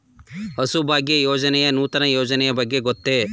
ಹಸುಭಾಗ್ಯ ಯೋಜನೆಯ ನೂತನ ಯೋಜನೆಗಳ ಬಗ್ಗೆ ಗೊತ್ತೇ?